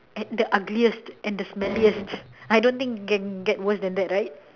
at the ugliest and the smelliest I don't think you can get worst than that right